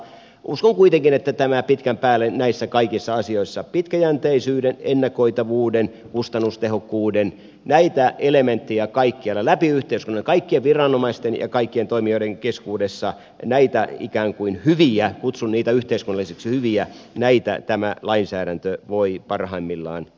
uskon kuitenkin että pitkän päälle tämä lainsäädäntö voi parhaimmillaan edistää näissä kaikissa asioissa pitkäjänteisyyden ennakoitavuuden kustannustehokkuuden elementtejä kaikkialla läpi yhteiskunnan kaikkien viranomaisten ja kaikkien toimijoiden keskuudessa näitä ikään kuin hyviä kutsun niitä yhteys olisi hyviä näitä tämä lainsäädäntö yhteiskunnallisiksi hyviksi